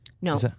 no